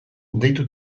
deitu